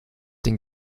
den